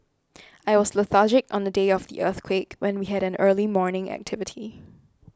I was lethargic on the day of the earthquake when we had an early morning activity